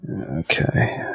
Okay